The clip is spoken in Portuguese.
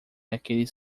aqueles